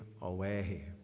away